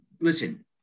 listen